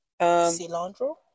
Cilantro